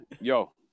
yo